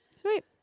Sweet